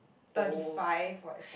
thirty five or at forties